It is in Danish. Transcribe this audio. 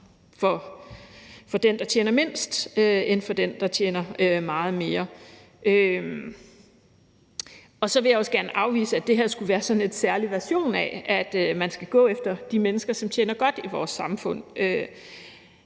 for den, der tjener mindst, end for den, der tjener meget mere. Så vil jeg også gerne afvise, at det her skulle være sådan en særlig version af, at man skal gå efter de mennesker, som tjener godt i vores samfund.